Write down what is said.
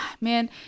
man